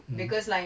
mm